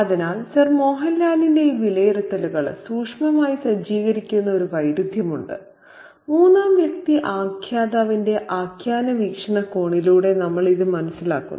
അതിനാൽ സർ മോഹൻലാലിന്റെ ഈ വിലയിരുത്തലുകൾ സൂക്ഷ്മമായി സജ്ജീകരിക്കുന്ന ഒരു വൈരുദ്ധ്യമുണ്ട് മൂന്നാം വ്യക്തി ആഖ്യാതാവിന്റെ ആഖ്യാന വീക്ഷണകോണിലൂടെ നമ്മൾ ഇത് മനസ്സിലാക്കുന്നു